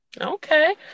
Okay